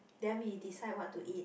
then we decide what to eat